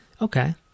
Okay